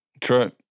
True